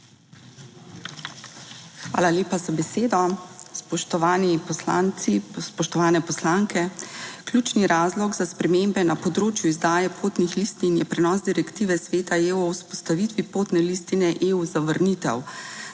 Hvala lepa za besedo. Spoštovani poslanci, spoštovane poslanke! Ključni razlog za spremembe na področju izdaje potnih listin je prenos direktive Sveta EU o vzpostavitvi potne listine EU za vrnitev.